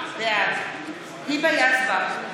בעד היבה יזבק,